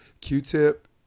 Q-Tip